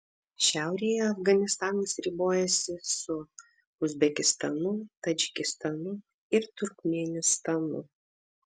šiaurėje afganistanas ribojasi su uzbekistanu tadžikistanu ir turkmėnistanu